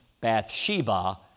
Bathsheba